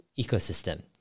ecosystem